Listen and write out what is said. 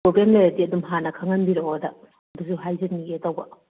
problem ꯂꯩꯔꯗꯤ ꯑꯗꯨꯝ ꯍꯥꯟꯅ ꯈꯪꯍꯟꯕꯤꯔꯛꯑꯣ ꯑꯗ ꯑꯗꯨꯁꯨ ꯍꯥꯏꯖꯅꯤꯡꯉꯦ ꯇꯧꯕ